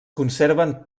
conserven